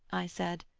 i said,